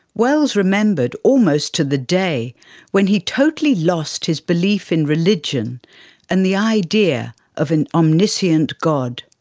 wells remembered almost to the day when he totally lost his belief in religion and the idea of an omniscient god.